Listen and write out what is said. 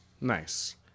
Nice